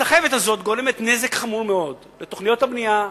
הסחבת הזאת גורמת נזק חמור מאוד לתוכניות הבנייה,